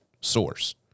source